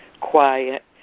quiet